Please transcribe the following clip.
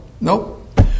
nope